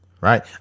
right